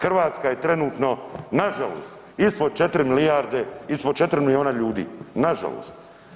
Hrvatska je trenutno nažalost, ispod 4 milijarde, ispod 4 miliona ljudi, nažalost.